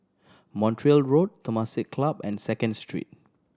Montreal Road Temasek Club and Second Street